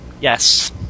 Yes